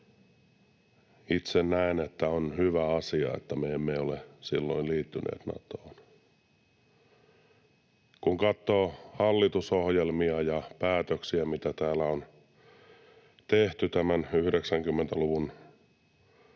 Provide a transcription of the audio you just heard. Itse näen, että on hyvä asia, että me emme ole silloin liittyneet Natoon. Kun katsoo hallitusohjelmia ja päätöksiä, mitä täällä on tehty tämän 90-luvun